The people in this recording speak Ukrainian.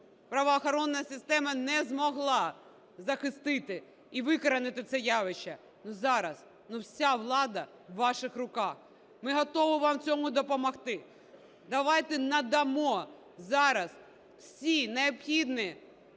правоохоронна система не змогла захистити і викоренити це явище. Ну, зараз ну вся влада в ваших руках. Ми готові вам в цьому допомогти. Давайте надамо зараз всі необхідні